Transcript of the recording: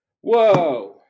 Whoa